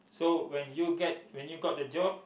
so when you get when you got the job